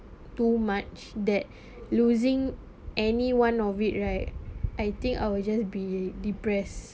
too much that losing any one of it right I think I will just be depressed